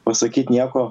pasakyt nieko